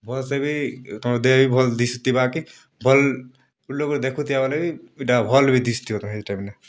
ଭଲ୍ସେ ବି ତମର୍ ଦେହ ଦିଶୁଥିବା କି ଭଲ୍ ଲୋକ୍ ଗୁଟେ ଦେଖୁଥିବା ବଏଲେ ବି ଇଟା ଭଲ୍ ବି ଦିଶୁଥିବା ତମେ ହେ ଟାଇମ୍ନେ